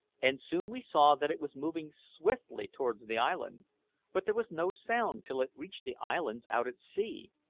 and soon we saw that it was moving swiftly towards the island but there was no sound till it reached the islands out at sea.